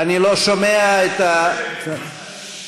להסיר, כולל לחלופין.